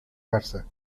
garza